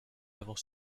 avons